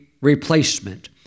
replacement